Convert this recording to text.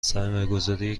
سرمایهگذاری